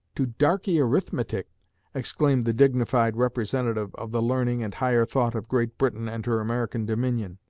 to darkey arithmetic exclaimed the dignified representative of the learning and higher thought of great britain and her american dominion.